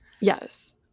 Yes